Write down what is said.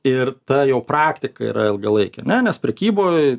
ir ta jo praktika yra ilgalaikė ane nes prekyboj